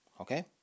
Okay